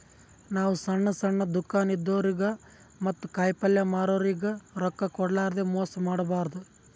ನಾವ್ ಸಣ್ಣ್ ಸಣ್ಣ್ ದುಕಾನ್ ಇದ್ದೋರಿಗ ಮತ್ತ್ ಕಾಯಿಪಲ್ಯ ಮಾರೋರಿಗ್ ರೊಕ್ಕ ಕೋಡ್ಲಾರ್ದೆ ಮೋಸ್ ಮಾಡಬಾರ್ದ್